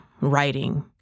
writing